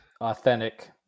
authentic